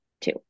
two